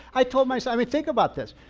i told my son, i mean, think about this,